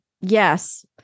yes